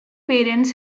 parents